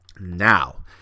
Now